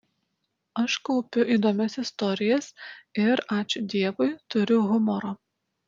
aš kaupiu įdomias istorijas ir ačiū dievui turiu humoro